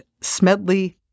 Smedley